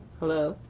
hello.